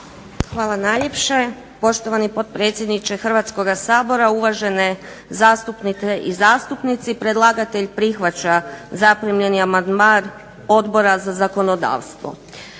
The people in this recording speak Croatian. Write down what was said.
Hvala najljepše, poštovani potpredsjedniče Hrvatskoga sabora, uvažene zastupnice i zastupnici, predlagatelj prihvaća zaprimljeni amandman Odbora za zakonodavstvo.